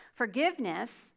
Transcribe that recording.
Forgiveness